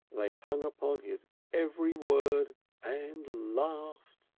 they hung upon his every word and laughed.